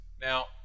Now